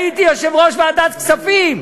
הייתי יושב-ראש ועדת כספים,